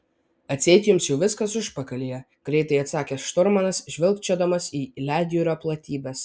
atseit jums jau viskas užpakalyje greitai atsakė šturmanas žvilgčiodamas į ledjūrio platybes